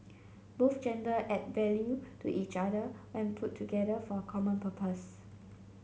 both gender add value to each other when put together for a common purpose